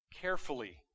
carefully